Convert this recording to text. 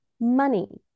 money